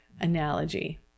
analogy